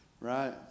right